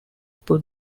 put